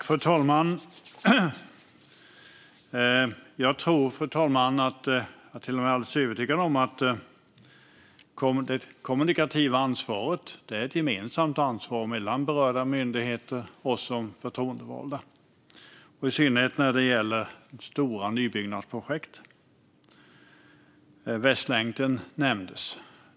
Fru talman! Jag är övertygad om att det kommunikativa ansvaret är ett gemensamt ansvar mellan berörda myndigheter och oss som förtroendevalda. Det gäller i synnerhet stora nybyggnadsprojekt. Västlänken nämndes.